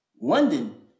London